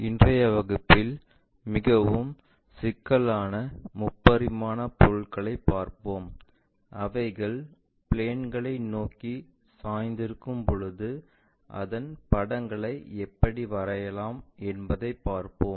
இன்றைய வகுப்பில் மிகவும் சிக்கலான முப்பரிமாண பொருள்களைப் பார்ப்போம் அவைகள் பிளேன்களை நோக்கி சாய்ந்திருக்கும்போது அந்தப் படங்களை எப்படி வரையலாம் என்பதைப் பார்ப்போம்